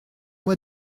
moi